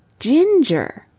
ginger!